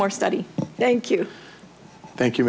more study thank you thank you